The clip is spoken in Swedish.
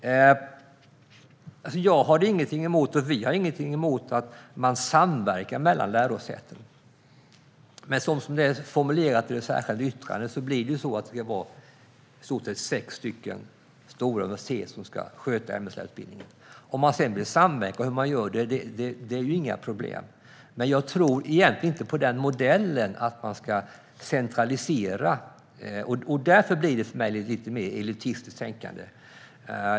Vi har ingenting emot att lärosäten samverkar. Men som det är formulerat i det särskilda yttrandet ska i stort sett sex stora universitet sköta ämneslärarutbildningen. Jag tycker inte att det är några problem om man vill samverka på något sätt. Men jag tror egentligen inte på en modell som innebär centralisering, och därför blir detta för mig ett lite mer elitistiskt tänkande.